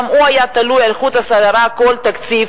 גם הוא היה תלוי על חוט השערה כל תקציב,